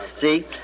See